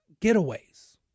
getaways